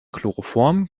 chloroform